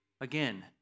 again